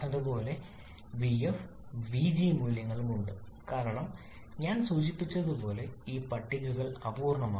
അതുപോലെ vf vg മൂല്യങ്ങളും ഉണ്ട് കാരണം ഞാൻ സൂചിപ്പിച്ചതുപോലെ ഈ പട്ടികകൾ അപൂർണ്ണമാണ്